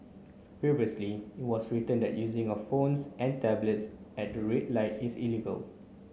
previously it was written that using of phones and tablets at the red light is illegal